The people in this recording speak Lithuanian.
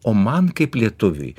o man kaip lietuviui